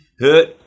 Hurt